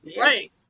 Right